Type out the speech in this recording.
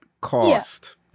cost